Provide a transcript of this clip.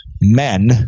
men